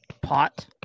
pot